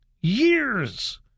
Years